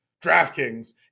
DraftKings